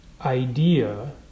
idea